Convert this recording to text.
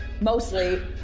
Mostly